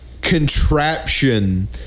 contraption